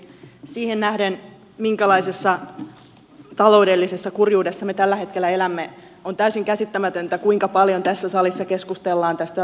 siihen nähden minkälaisessa taloudellisessa kurjuudessa me tällä hetkellä elämme on täysin käsittämätöntä kuinka paljon tässä salissa keskustellaan tästä lapsilisäleikkauksesta